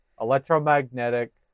electromagnetic